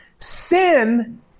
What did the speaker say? Sin